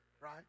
right